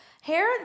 Hair